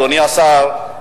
אדוני השר,